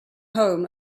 home